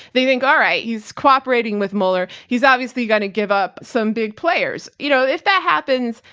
they think, alright, he's cooperating with mueller. he's obviously going to give up some big players. you know, if that happens,